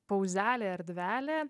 pauzelė erdvelė